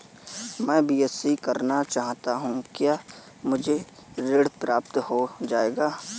मैं बीएससी करना चाहता हूँ क्या मुझे ऋण प्राप्त हो जाएगा?